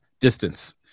distance